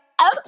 okay